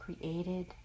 created